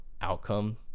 outcome